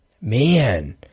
Man